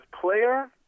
player